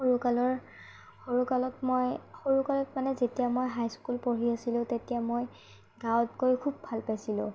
সৰু কালৰ সৰু কালত মই সৰু কালত মানে যেতিয়া মই হাইস্কুল পঢ়ি আছিলো তেতিয়া মই গাঁৱত গৈ খুব ভাল পাইছিলো